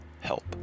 help